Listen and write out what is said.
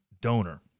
donor